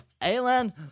ALAN